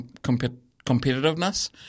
competitiveness